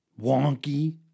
Wonky